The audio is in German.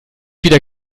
wieder